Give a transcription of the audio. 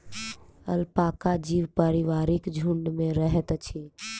alpaca जीव पारिवारिक झुण्ड में रहैत अछि